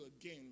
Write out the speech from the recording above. again